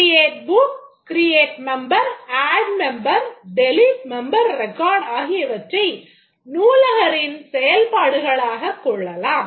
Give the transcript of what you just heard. create book create member add member delete member record ஆகியவற்றை நூலகரின் செயல்பாடுகளாகக் கொள்ளலாம்